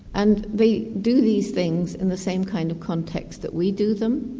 and they do these things in the same kind of context that we do them,